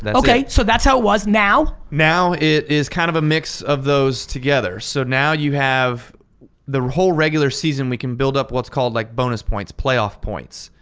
okay, so that's how it was. now? now it is kind of a mix of those together. so now you have the whole regular season we can build up what's called like bonus points. playoff points.